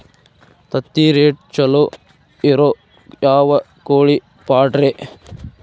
ತತ್ತಿರೇಟ್ ಛಲೋ ಇರೋ ಯಾವ್ ಕೋಳಿ ಪಾಡ್ರೇ?